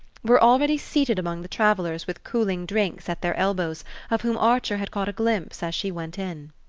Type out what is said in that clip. were already seated among the travellers with cooling drinks at their elbows of whom archer had caught a glimpse as she went in?